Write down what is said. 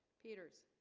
peters